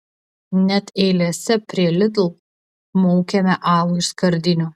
net eilėse prie lidl maukiame alų iš skardinių